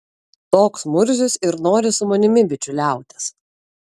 toks murzius ir nori su manimi bičiuliautis